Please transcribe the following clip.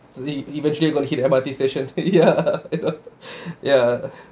ziyi eventually got hit M_R_T station ya ya